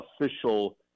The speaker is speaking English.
official